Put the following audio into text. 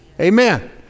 Amen